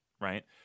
right